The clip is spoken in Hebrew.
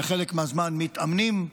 וחלק מהזמן מתאמנים,